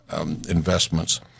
investments